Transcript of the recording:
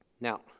Now